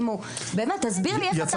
באמת, תסביר לי --- יצא